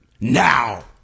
now